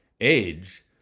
Age